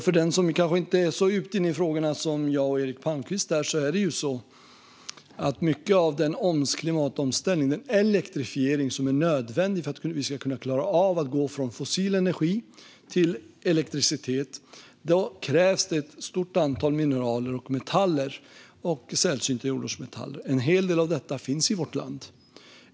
För dem som kanske inte är lika djupt insatta i frågorna som jag och Eric Palmqvist är kan jag säga att mycket av den klimatomställning och elektrifiering som är nödvändig för att vi ska klara av att gå från fossil energi till elektricitet kräver ett stort antal mineral och metaller - även sällsynta jordartsmetaller. En hel del av detta finns i vårt land.